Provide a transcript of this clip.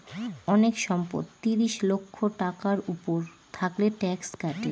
অনেক সম্পদ ত্রিশ লক্ষ টাকার উপর থাকলে ট্যাক্স কাটে